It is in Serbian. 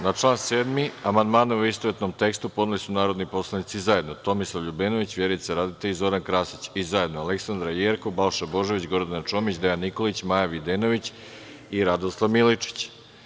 Na član 7. amandmane u istovetnom tekstu podneli su narodni poslanici zajedno Tomislav LJubenović, Vjerica Radeta i Zoran Krasić i zajedno Aleksandra Jerkov, Balša Božović, Gordana Čomić, Dejan Nikolić, Maja Videnović i Radoslav Milojičić.